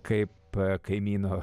kaip kaimyno